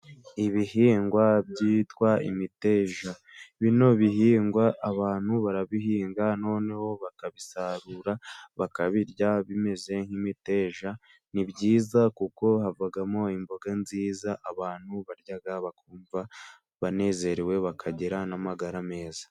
Ibihingwa byitwa imiteja. Bino bihingwa abantu barabihinga noneho bakabisarura bakabirya, bimeze nk'imiteja. Ni byiza kuko havamo imboga nziza abantu barya bakumva banezerewe, bakagira n'amagara meza.